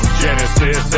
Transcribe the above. genesis